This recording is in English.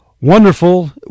Wonderful